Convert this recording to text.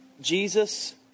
Jesus